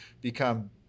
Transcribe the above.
become